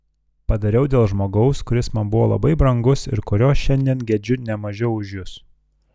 padariau dėl žmogaus kuris buvo man labai brangus ir kurio šiandien gedžiu ne mažiau už jus